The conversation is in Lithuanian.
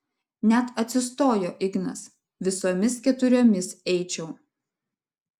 net atsistojo ignas visomis keturiomis eičiau